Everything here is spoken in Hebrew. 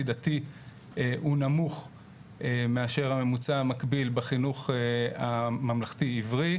דתי הוא נמוך מאשר הממוצע המקביל בחינוך הממלכתי עברי,